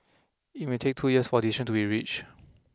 it may take two years for a decision to be reach